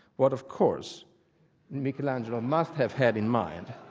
what of course michelangelo must have had in mind.